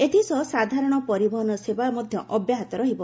ଏଥିସହ ସାଧାରଣ ପରିବହନ ସେବା ମଧ୍ୟ ଅବ୍ୟାହତ ରହିବ